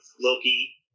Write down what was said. Loki